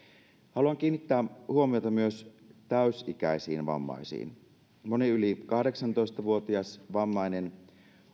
haluan kiinnittää huomiota myös täysi ikäisiin vammaisiin moni yli kahdeksantoista vuotias vammainen